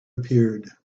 appeared